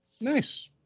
Nice